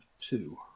two